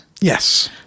Yes